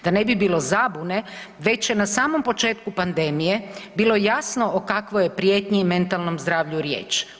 Da ne bi bilo zabune, već je na samom početku pandemije bilo jasno o kakvoj je prijetnji i mentalnom zdravlju riječ.